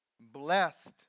Blessed